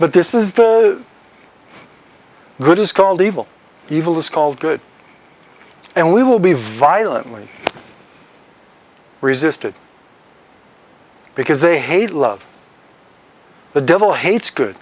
but this is the good is called evil evil is called good and we will be violently resisted because they hate love the devil hates good